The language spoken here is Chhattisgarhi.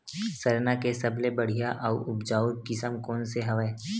सरना के सबले बढ़िया आऊ उपजाऊ किसम कोन से हवय?